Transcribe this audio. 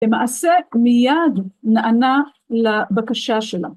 למעשה מיד נענה לבקשה שלה.